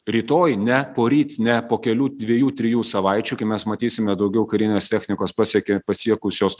rytoj ne poryt ne po kelių dviejų trijų savaičių kai mes matysime daugiau karinės technikos pasiekė pasiekusios